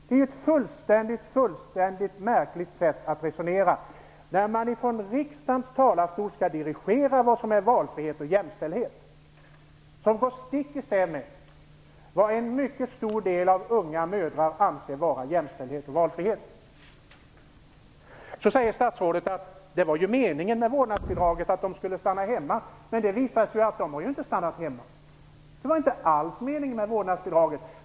Det är ett mycket märkligt sätt att agera när man ifrån riksdagens talarstol vill dirigera vad som är valfrihet och jämställdhet. Det går stick i stäv med vad en mycket stor del unga mödrar anser vara jämställdhet och valfrihet. Så säger statsrådet att meningen med vårdnadsbidraget var att man skulle stanna hemma, men det har visat att man inte har gjort det. Det var inte alls meningen med vårdnadsbidraget.